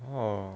orh